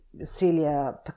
Celia